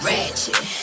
Ratchet